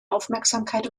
aufmerksamkeit